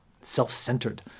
self-centered